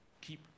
keep